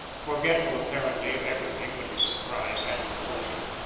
forgetful apparently of everything but his surprise and repulsion.